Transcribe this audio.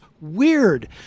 weird